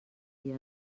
dia